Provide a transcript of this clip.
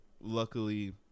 luckily